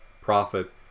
prophet